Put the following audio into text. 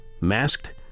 masked